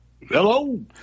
Hello